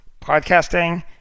podcasting